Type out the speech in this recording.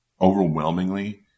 Overwhelmingly